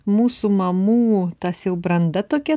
mūsų mamų tas jau branda tokia